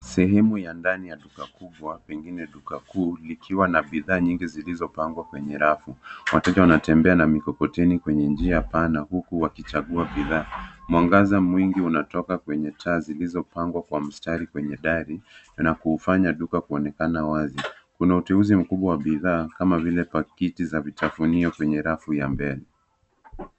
Sehemu ya ndani ya duka kubwa pengine duka kuu likiwa na bidhaa nyingi zilizopangwa kwenye rafu. Wateja wanatembea na mikokoteni kwenye njia pana huku wakichagua bidhaa. Mwangaza mwingi unatoka kwenye taa zilizopangwa kwa mstari kwenye dari na kuufanya duka kuonekana wazi. Kuna uteuzi mkubwa wa bidhaa kama vile pakiti za vitafunio kwenye rafu ya mbele.